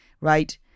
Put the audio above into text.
right